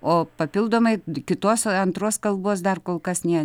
o papildomai kitos antros kalbos dar kol kas ne